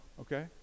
okay